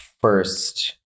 first